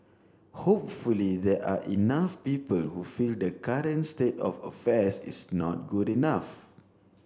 hopefully there are enough people who feel the current state of affairs is not good enough